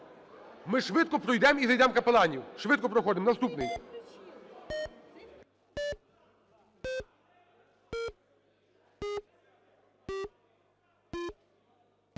Ми швидко пройдемо і зайдемо в "капеланів". Швидко проходимо наступний.